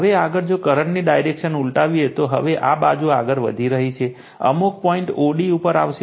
હવે આગળ જો કરંટની ડાયરેક્શન ઉલટાવીએ તો હવે આ બાજુ આગળ વધી રહી છે અમુક પોઇન્ટ o d ઉપર આવશે